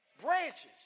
Branches